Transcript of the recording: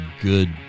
good